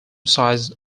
sized